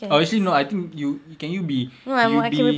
obviously no I think you can you be you be